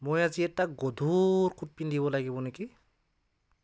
মই আজি এটা গধুৰ কোট পিন্ধিব লাগিব নেকি